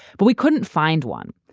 but we couldn't find one.